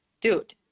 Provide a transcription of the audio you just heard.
dude